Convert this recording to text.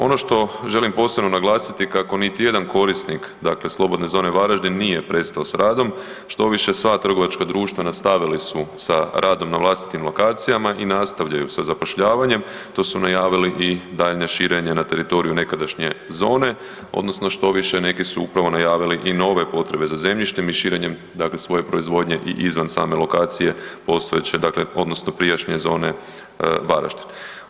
Ono što želim posebno naglasiti kako niti jedan korisnik Slobodne zone Varaždin nije prestao s radom, štoviše sva trgovačka društva nastavili su sa radom na vlastitim lokacijama i nastavljaju sa zapošljavanjem, to su najavili i daljnje širenje na teritoriju nekadašnje zone odnosno štoviše neki su upravo najavili i nove potrebe za zemljištem i širenjem svoje proizvodnje i izvan same lokacije postojeće odnosno prijašnje Zone Varaždin.